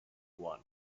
won